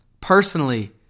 personally